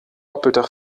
doppelter